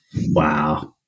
Wow